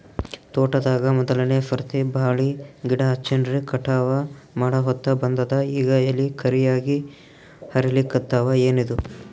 ತೋಟದಾಗ ಮೋದಲನೆ ಸರ್ತಿ ಬಾಳಿ ಗಿಡ ಹಚ್ಚಿನ್ರಿ, ಕಟಾವ ಮಾಡಹೊತ್ತ ಬಂದದ ಈಗ ಎಲಿ ಕರಿಯಾಗಿ ಹರಿಲಿಕತ್ತಾವ, ಏನಿದು?